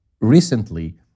recently